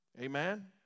Amen